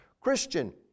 Christian